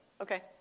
Okay